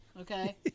Okay